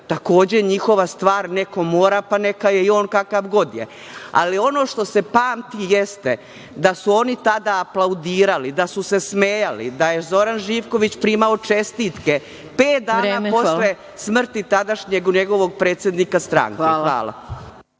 Takođe, njihova stvar, neko mora, pa neka je i on kakav god je. Ali, ono što se pamti jeste da su oni i tada aplaudirali da su se smejali, da je Zoran Živković imao čestitke. Pet dana posle smrti tadašnjeg njegovog predsednika stranke. Hvala.